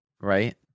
Right